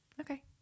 Okay